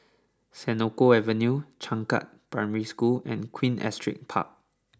Senoko Avenue Changkat Primary School and Queen Astrid Park